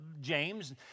James